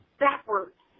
backwards